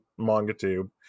MangaTube